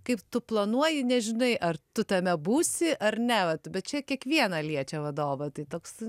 kaip tu planuoji nežinai ar tu tame būsi ar ne vat bet čia kiekvieną liečia vadovą tai toks